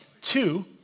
Two